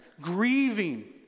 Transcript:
grieving